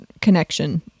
connection